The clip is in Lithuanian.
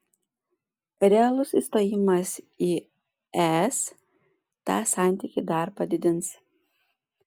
realus įstojimas į es tą santykį dar padidins